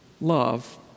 love